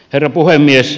herra puhemies